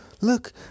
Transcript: Look